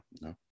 no